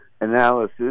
analysis